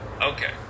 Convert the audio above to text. Okay